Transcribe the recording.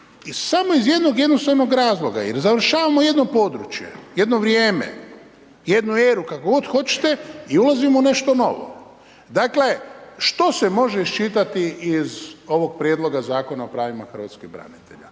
samo iz jednog jednostavnog razloga jer završavamo jedno područje, jedno vrijeme, jednu eru, kako god hoćete i ulazimo u nešto novo. Dakle, što se može iščitati iz ovog prijedloga Zakona o pravila hrvatskih branitelja.